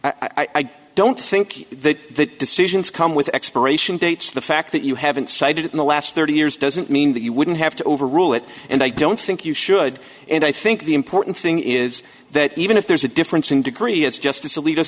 i don't think that decisions come with expiration dates the fact that you haven't cited it in the last thirty years doesn't mean that you wouldn't have to overrule it and i don't think you should and i think the important thing is that even if there's a difference in degree it's justice alit